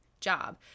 job